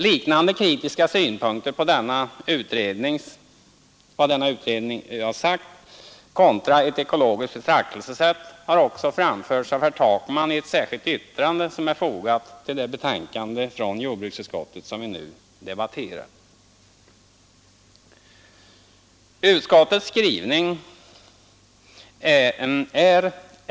Liknande kritiska synpunkter på denna utredning med utgångspunkt i ett ekologiskt betraktelsesätt har framförts av herr Takman i ett särskilt yttrande som är fogat till det betänkande från jordbruksutskottet som vi nu debatterar.